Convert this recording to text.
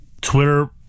Twitter